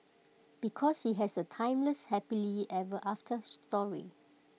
because he has A timeless happily ever after story